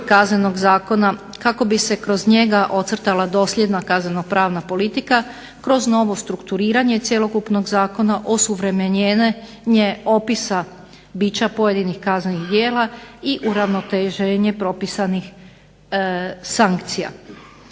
Kaznenog zakona kako bi se kroz njega ocrtala dosljedna kazneno-pravna politika kroz novo strukturiranje cjelokupnog zakona, osuvremenjenje opisa bića pojedinih kaznenih djela i uravnoteženje propisanih sankcija.